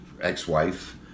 ex-wife